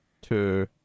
two